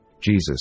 Jesus